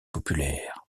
populaires